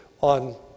on